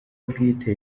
bwite